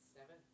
Seven